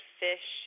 fish